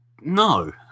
no